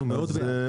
אנחנו מאוד בעד.